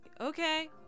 Okay